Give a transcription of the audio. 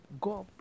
God